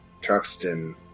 Truxton